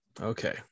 Okay